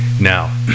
Now